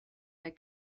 der